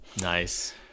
nice